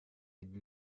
with